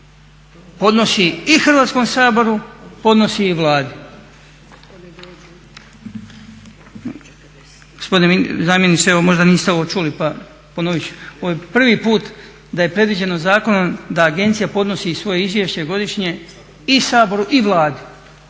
ponovit ću, ovo je prvi put da je predviđeno zakonom da agencija podnosi svoje izvješće godišnje i Saboru i Vladi,